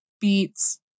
beets